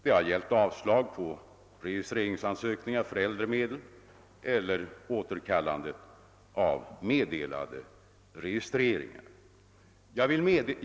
Det har gällt avslag på registreringsansökningar för äldre medel eller återkallande av tidigare godkända registreringar.